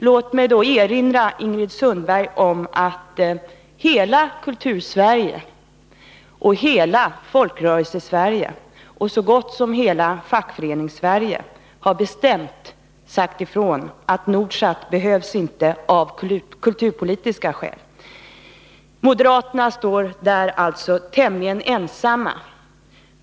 Låt mig då erinra Ingrid Sundberg om att hela Kultursverige, hela Folkrörelsesverige och så gott som hela Fackföreningssverige bestämt sagt ifrån att Nordsat inte behövs av kulturpolitiska skäl. Moderaterna står där alltså tämligen ensamma.